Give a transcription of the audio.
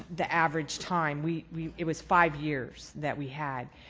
the average time. we we it was five years that we had.